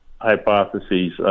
hypotheses